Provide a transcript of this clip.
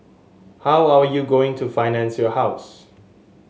how are you going to finance your house